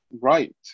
right